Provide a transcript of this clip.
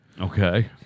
Okay